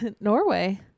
Norway